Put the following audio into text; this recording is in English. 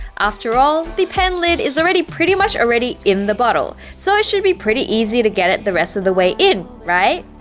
after all, the pen lid is already pretty much already in the bottle, so it should be pretty easy to get it the rest of the way in right,